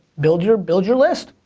build your build your list,